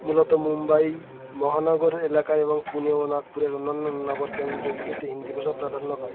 মূলত মুম্বাই মহানগর এলাকা এবং পুনে ও নাগপুরের অন্যান্য নগর কেন্দ্রগুলিতে হিন্দি ভাষা প্রাধান্য পায়